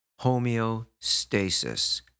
homeostasis